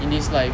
in this life